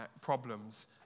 problems